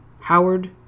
Howard